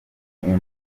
imvura